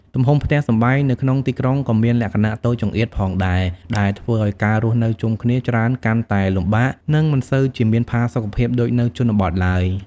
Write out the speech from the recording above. ទំហំផ្ទះសម្បែងនៅក្នុងទីក្រុងក៏មានលក្ខណៈតូចចង្អៀតផងដែរ ដែលធ្វើឱ្យការរស់នៅជុំគ្នាច្រើនកាន់តែលំបាក និងមិនសូវជាមានផាសុកភាពដូចនៅជនបទឡើយ។